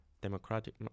democratic